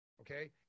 Okay